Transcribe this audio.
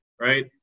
right